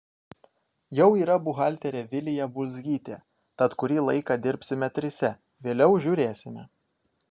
jau yra buhalterė vilija bulzgytė tad kurį laiką dirbsime trise vėliau žiūrėsime